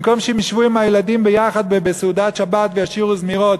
במקום שהם ישבו עם הילדים ביחד בסעודת שבת וישירו זמירות,